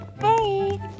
Hey